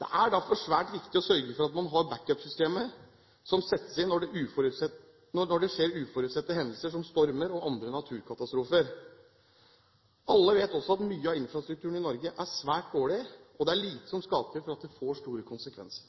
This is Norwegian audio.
Det er derfor svært viktig å sørge for at man har backup-systemer som settes inn når det skjer uforutsette hendelser som stormer og andre naturkatastrofer. Alle vet også at mye av infrastrukturen i Norge er svært dårlig, og at det er lite som skal til for at det får store konsekvenser.